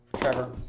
Trevor